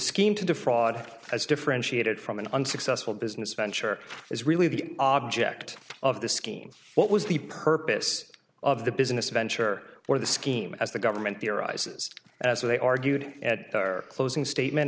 scheme to defraud has differentiated from an unsuccessful business venture is really the object of the scheme what was the purpose of the business venture or the scheme as the government theorizes as they argued at their closing statement